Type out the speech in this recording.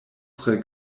tre